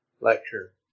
lecture